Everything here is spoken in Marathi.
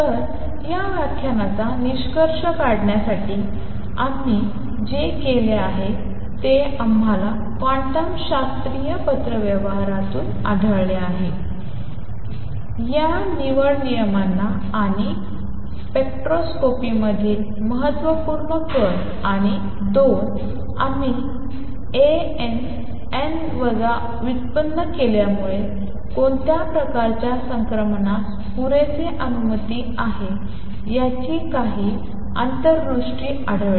तर या व्याख्यानाचा निष्कर्ष काढण्यासाठी आम्ही जे केले आहे ते आम्हाला क्वांटम शास्त्रीय पत्रव्यवहारामधून आढळले आहे की या निवड नियमांना आणि स्पेक्ट्रोस्कोपीमधील महत्त्वपूर्ण कण आणि दोन आम्ही ए एन एन वजा व्युत्पन्न केल्यामुळे कोणत्या प्रकारच्या संक्रमणास पुरेसे अनुमती आहे याची काही अंतर्दृष्टी आढळली